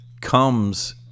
comes